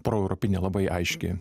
proeuropinė labai aiški